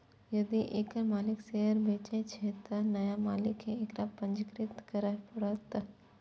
यदि एकर मालिक शेयर बेचै छै, तं नया मालिक कें एकरा पंजीकृत करबय पड़तैक